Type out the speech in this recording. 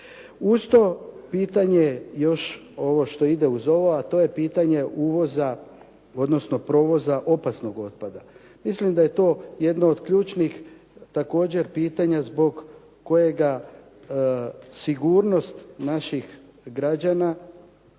Uz to pitanje još ovo što ide uz ovo, a to je pitanje uvoza, odnosno provoza opasnog otpada. Mislim da je to jedno od ključnih također pitanja zbog kojega sigurnost naših građana